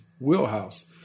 wheelhouse